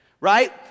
Right